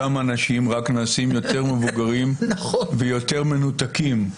אותם אנשים רק נעשים יותר מבוגרים ויותר מנותקים.